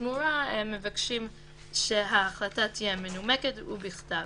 בתמורה הם מבקשים שההחלטה תהיה מנומקת ובכתב.